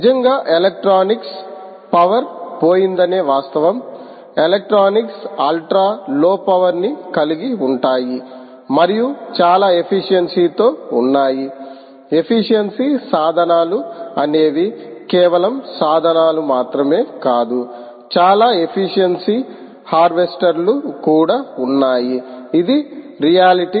నిజంగా electronics power పోయిందనే వాస్తవం ఎలక్ట్రానిక్స్ అల్ట్రా లో పవర్ ని కలిగి ఉంటాయి మరియు చాలా ఎఫిషియన్సీ తో ఉన్నాయి ఎఫిషియన్సీ సాధనాలు అనేవి కేవలం సాధనాలు మాత్రమే కాదు చాలా ఎఫిషియన్సీ హార్వెస్టర్లు కూడాఉన్నాయి ఇది రియాలిటీ